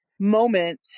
moment